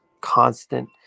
constant